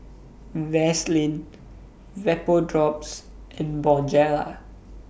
Vaselin Vapodrops and Bonjela